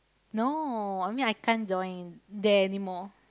no I mean I can't join there anymore